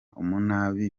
umunabi